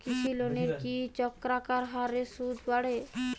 কৃষি লোনের কি চক্রাকার হারে সুদ বাড়ে?